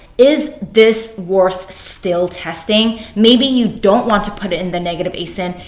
is this worth still testing? maybe you don't want to put it into the negative asin.